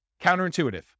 Counterintuitive